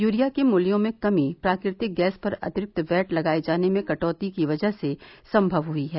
urea के मूल्यों में कमी प्राकृतिक गैस पर अंतिरिक्त वैट लगाये जाने में कटौती की वजह से संभव हुई है